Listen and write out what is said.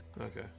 Okay